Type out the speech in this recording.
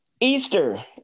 Easter